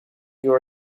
your